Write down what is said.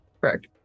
Correct